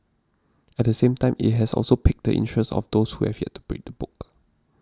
at the same time it has also piqued the interest of those who have yet to read the book